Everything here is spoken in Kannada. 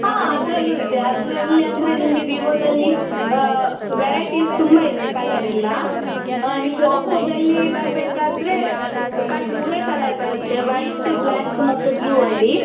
ಹಾಂ ಅದ್ರಲ್ಲೂ ಇದೆ ಅದರಲ್ಲಿ ಅಂದರೆ ನಿಮಗೆ ವಿವೊದಲ್ಲಿ ವೆರೈಟಿಸ್ ತುಂಬ ಇದೆ ಕಲರ್ ಎಲ್ಲ ನಿಮಗೆ ಒಪ್ಪೋದಲ್ಲಿ ಬರ್ಬೇಕಾದರೆ ಖಾಲಿ ಮೂರೇ ಕಲರ್ ಬರುತ್ತೆ ವೈಟ್ ಬ್ಲಾಕ್ ಮತ್ತು ಬ್ಲೂವಲ್ಲಿ